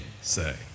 say